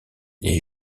les